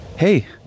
Hey